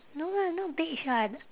no lah not beige [what]